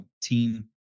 team